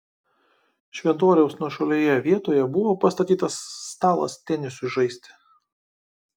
šventoriaus nuošalioje vietoje buvo pastatytas stalas tenisui žaisti